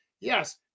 Yes